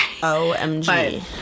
OMG